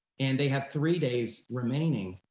and they have three days remaining,